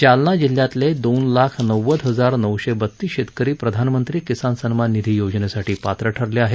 जालना जिल्ह्यातले दोन लाख नव्वद हजार नऊशे बतीस शेतकरी प्रधानमंत्री किसान सन्मान निधी योजनेसाठी पात्र ठरले आहेत